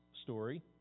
story